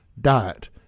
diet